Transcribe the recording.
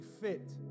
fit